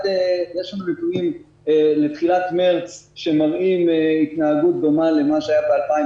יש לנו נתונים בתחילת מרץ שמראים התנהגות דומה למה שהיה ב-2019,